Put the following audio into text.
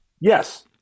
Yes